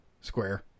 Square